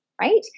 right